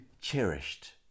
cherished